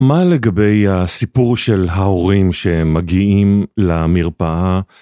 מה לגבי הסיפור של ההורים שמגיעים למרפאה?